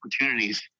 opportunities